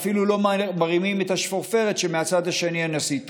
אפילו לא מרימים את השפופרת כשמהצד השני הנשיא טראמפ.